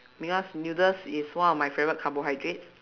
because noodles is one of my favorite carbohydrates